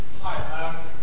Hi